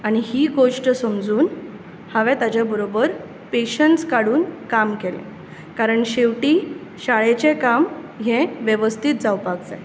आनी ही गोश्ट समजून हांवे ताचें बरोबर पेशन्स काडून काम केलें कारण शेवटीं शाळेचें काम हें वेवस्थीत जावपाक जाय